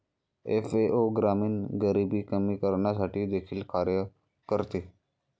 FAO ग्रामीण गरिबी कमी करण्यासाठी देखील कार्य करते